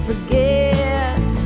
forget